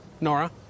Nora